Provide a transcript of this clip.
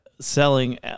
selling